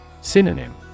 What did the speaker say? Synonym